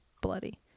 bloody